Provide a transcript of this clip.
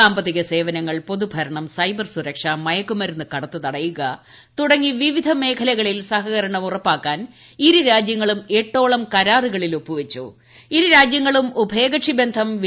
സാമ്പത്തിക സേവനങ്ങൾ പൊതുഭരണം സൈബർ സുരക്ഷ മയക്ക് മരുന്ന് കടത്ത് തടയുക തുടങ്ങി വിവിധ മേഖലകളിൽ സഹകരണം ഉറപ്പിക്കാൻ ഇരുരാജൃങ്ങളും എട്ടോളം കരാറുകളിൽ ഇരു രാജ്യങ്ങളും ഉഭയ കക്ഷി ബന്ധം ഒപ്പുവച്ചു